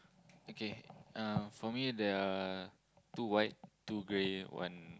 okay uh for me there are two white two grey one